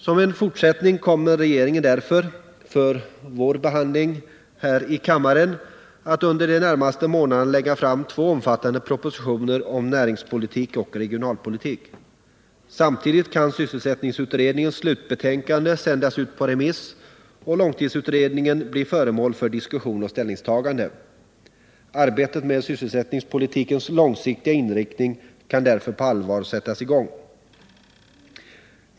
Som en fortsättning kommer regeringen därför, för vår behandling här i kammaren, att under de närmaste månaderna lägga fram två omfattande propositioner om näringspolitik och regionalpolitik. Samtidigt kan sysselsättningsutredningens slutbetänkande sändas ut på remiss och långtidsutredningen bli föremål för diskussion och ställningstagande. Arbetet med sysselsättningspolitikens långsiktiga inriktning kan därför på allvar sättas i gång.